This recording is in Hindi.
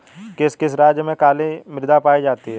किस किस राज्य में काली मृदा पाई जाती है?